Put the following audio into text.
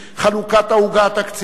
חלוקת העוגה התקציבית,